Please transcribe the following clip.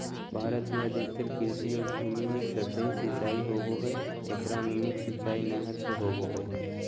भारत में अधिकतर कृषि योग्य भूमि में सतही सिंचाई होवअ हई एकरा मे मुख्य सिंचाई नहर से होबो हई